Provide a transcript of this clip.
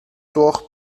durch